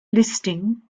listing